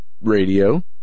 radio